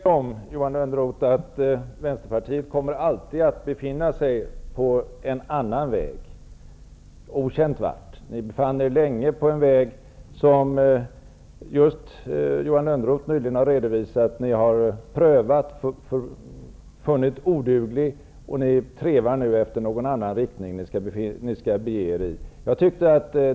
Herr talman! Jag är övertygad om att Vänsterpartiet alltid kommer att befinna sig på en annan väg -- mot okänt mål. Ni befann er länge på en väg, som Johan Lönnroth nyligen har redovisat att ni har prövat och funnit oduglig, och nu trevar ni efter någon annan riktning.